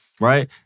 right